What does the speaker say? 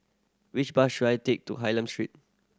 which bus should I take to Hylam Street